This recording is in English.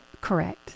Correct